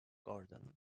gordon